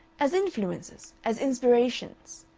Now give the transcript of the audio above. as influences, as inspirations.